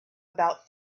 about